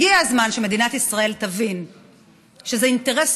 הגיע הזמן שמדינת ישראל תבין שזה אינטרס